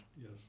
Yes